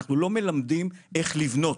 אנחנו לא מלמדים איך לבנות,